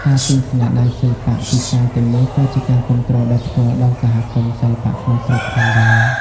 ការទិញស្នាដៃសិល្បៈពីសាលទាំងនេះក៏ជាការគាំទ្រដោយផ្ទាល់ដល់សហគមន៍សិល្បៈក្នុងស្រុកផងដែរ។